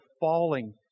falling